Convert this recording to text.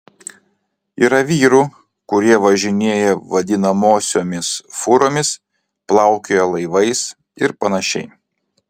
yra vyrų kurie važinėja vadinamosiomis fūromis plaukioja laivais ir panašiai